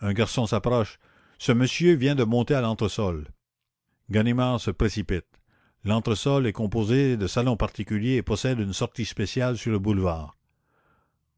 un garçon s'approche ce monsieur vient de monter à l'entresol ganimard se précipite l'entresol est composé de salons particuliers et possède une sortie spéciale sur le boulevard